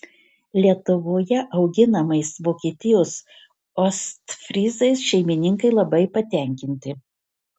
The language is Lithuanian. lietuvoje auginamais vokietijos ostfryzais šeimininkai labai patenkinti